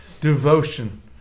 devotion